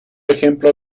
ejemplo